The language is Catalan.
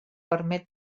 permet